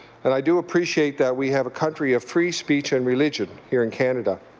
and i do appreciate that we have a country of free speech and religion here in canada.